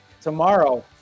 tomorrow